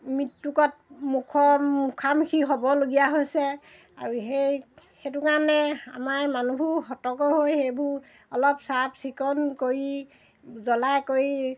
মৃত্যুকত মুখ মুখামুখি হ'বলগীয়া হৈছে আৰু সেই সেইটো কাৰণে আমাৰ মানুহ সতৰ্ক হৈ সেইবোৰ অলপ চাফ চিকুণ কৰি জ্বলাই কৰি